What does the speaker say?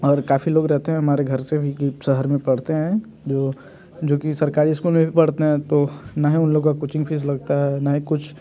और काफ़ी लोग रहते हैं हमारे घर से भी कि शहर में पढ़ते हैं जो जो कि सरकारी इस्कूल में भी पढ़ते हैं तो ना ही उन लोगों का कुछ भी फीस लगता है ना ही कुछ